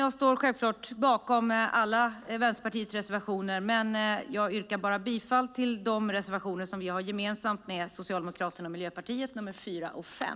Jag står självklart bakom alla Vänsterpartiets reservationer, men jag yrkar bara bifall till de reservationer vi har gemensamt med Socialdemokraterna och Miljöpartiet, nämligen nr 4 och 5.